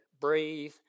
breathe